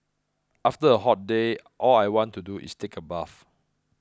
after a hot day all I want to do is take a bath